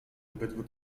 obydwu